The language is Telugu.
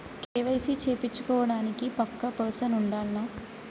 కే.వై.సీ చేపిచ్చుకోవడానికి పక్కా పర్సన్ ఉండాల్నా?